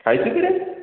ଖାଇଛୁ କିରେ